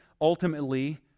ultimately